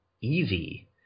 easy